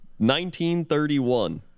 1931